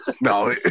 no